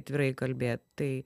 atvirai kalbėt tai